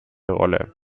rolle